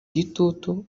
gitutu